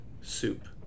soup